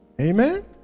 Amen